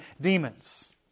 demons